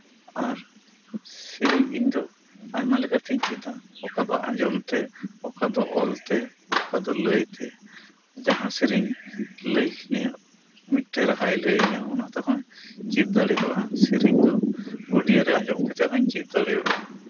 ᱟᱨ ᱥᱮᱨᱮᱧ ᱤᱧ ᱫᱚ ᱟᱭᱢᱟᱞᱮᱠᱟᱛᱮᱧ ᱪᱤᱫᱟ ᱚᱠᱟᱫᱚ ᱟᱸᱡᱚᱢ ᱛᱮ ᱚᱠᱟᱫᱚ ᱚᱞ ᱛᱮ ᱚᱠᱟᱫᱚ ᱞᱟᱹᱭ ᱛᱮ ᱡᱟᱦᱟᱸ ᱥᱮᱨᱮᱧ ᱞᱟᱹᱭᱟᱹᱧᱟᱹ ᱢᱤᱫᱴᱮᱡ ᱨᱟᱦᱟᱭ ᱞᱟᱹᱭᱟᱹᱧᱟᱹ ᱚᱱᱟᱛᱮᱦᱚᱧ ᱪᱤᱫ ᱫᱟᱲᱤᱭᱟᱜ ᱟ ᱥᱮᱨᱮᱧ ᱫᱚ ᱳᱰᱤᱭᱚ ᱨᱮ ᱟᱸᱡᱚᱢᱠᱟᱛᱮᱜ ᱦᱚᱧ ᱪᱤᱫ ᱫᱟᱲᱮᱭᱟᱜᱼᱟ